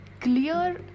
clear